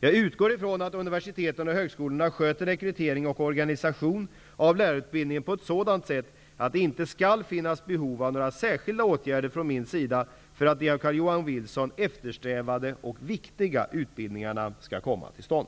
Jag utgår från att universitet och högskolor sköter rekrytering och organisation av lärarutbildningen på ett sådant sätt att det inte skall finnas behov av några särskilda åtgärder från min sida, för att de av Carl-Johan Wilson eftersträvade och viktiga utbildningarna skall komma till stånd.